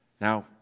Now